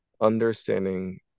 understanding